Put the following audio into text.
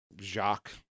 Jacques